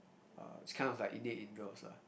uh it's kind of like innate in girls lah